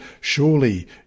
Surely